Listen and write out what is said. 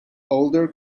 older